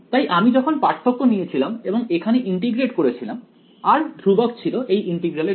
তাই আমি যখন পার্থক্য নিয়েছিলাম এবং এখানে ইন্টিগ্রেট করেছিলাম r ধ্রুবক ছিল এই ইন্টিগ্রাল এর জন্য